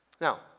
Now